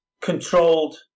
controlled